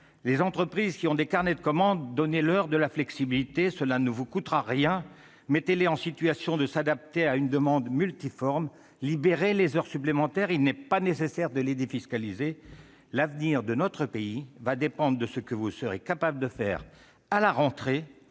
aux entreprises ayant des carnets de commandes- cela ne vous coûtera rien. Mettez-les en situation de s'adapter à une demande multiforme. Libérez les heures supplémentaires- il n'est pas nécessaire de les défiscaliser ! L'avenir de notre pays dépendra de ce que vous serez capable de faire à la rentrée,